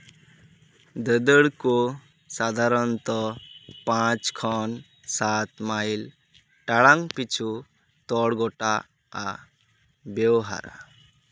ᱫᱟᱹᱫᱟᱹᱲ ᱠᱚ ᱥᱟᱫᱷᱟᱨᱚᱱᱚᱛᱚ ᱯᱟᱸᱪ ᱠᱷᱚᱱ ᱥᱟᱛ ᱢᱟᱹᱭᱤᱞ ᱴᱟᱲᱟᱝ ᱯᱤᱪᱷᱩ ᱛᱚᱲᱜᱳᱴᱟᱼᱟ ᱵᱮᱣᱦᱟᱨᱟ